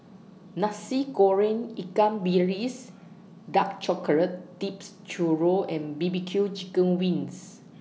Nasi Goreng Ikan Bilis Dark Chocolate Dipped Churro and B B Q Chicken Wings